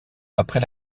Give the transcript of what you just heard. après